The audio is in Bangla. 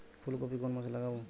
ফুলকপি কোন মাসে লাগাবো?